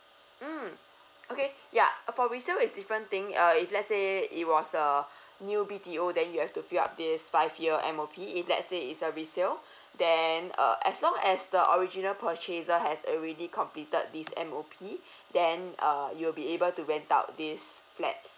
mm okay yeah uh for resale is different thing uh if let's say it was a new B_T_O that you have to fill up this five year M_O_P if let say it's a resale then uh as long as the original purchases has already completed this M_O_P then uh you will be able to rent out this flat